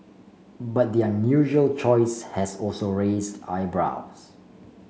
but the unusual choice has also raised eyebrows